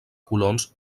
colons